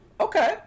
okay